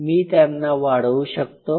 मी त्यांना वाढवू शकतो